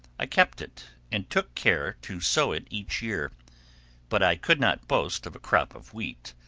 i kept it, and took care to sow it each year but i could not boast of a crop of wheat,